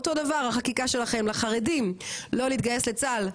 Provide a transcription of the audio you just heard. אותו דבר החקיקה שלכם לחרדים לא להתגייס לצה"ל,